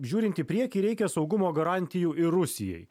žiūrint į priekį reikia saugumo garantijų ir rusijai